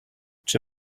czy